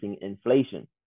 inflation